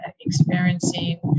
experiencing